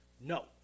No